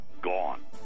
gone